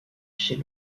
chez